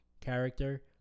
character